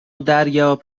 دریاب